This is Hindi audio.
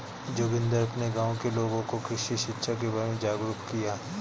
जोगिंदर अपने गांव के लोगों को कृषि शिक्षा के बारे में जागरुक किया